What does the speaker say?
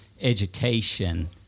education